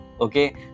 okay